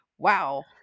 wow